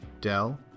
Dell